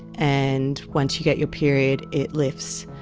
and once you get your period it lifts.